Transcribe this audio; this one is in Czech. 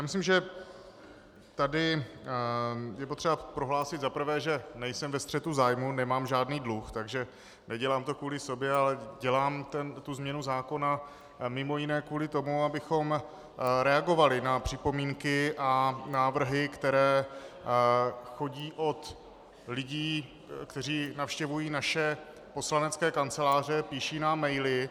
Myslím, že tady je potřeba prohlásit za prvé, že nejsem ve střetu zájmů, nemám žádný dluh, takže nedělám to kvůli sobě, ale dělám tu změnu zákona mimo jiné kvůli tomu, abychom reagovali na připomínky a návrhy, které chodí od lidí, kteří navštěvují naše poslanecké kanceláře, píší nám maily.